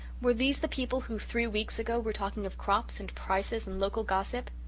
were these the people who, three weeks ago, were talking of crops and prices and local gossip?